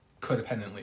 codependently